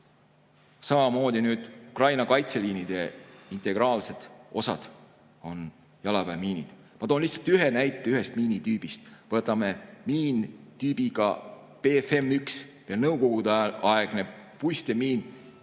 Samamoodi on nüüd Ukraina kaitseliinide integraalsed osad jalaväemiinid. Ma toon lihtsalt ühe näite ühe miinitüübi kohta. Võtame miini PFM-1 ja Nõukogude-aegse puistemiini,